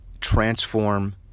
transform